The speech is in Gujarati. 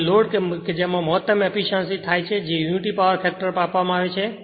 હવે લોડ કે જેમાં મહત્તમ એફીશ્યંસી થાય છે જે યુનિટી પાવર ફેક્ટર પર આપવામાં આવે છે